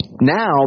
Now